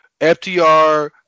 FTR